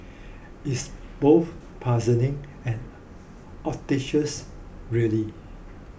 it's both puzzling and really